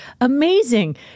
Amazing